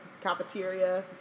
cafeteria